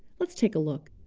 let's take a look.